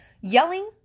Yelling